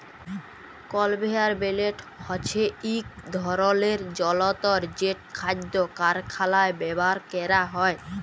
conveyor belt হছে ইক ধরলের জলতর যেট খাদ্য কারখালায় ব্যাভার ক্যরা হয়